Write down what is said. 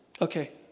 okay